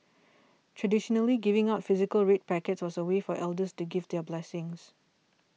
traditionally giving out physical red packets was a way for elders to give their blessings